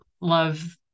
love